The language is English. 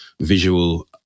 visual